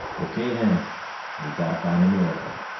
okay, then we've got to find a miracle.